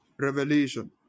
Revelation